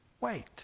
wait